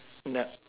yup